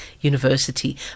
University